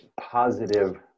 positive